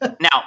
Now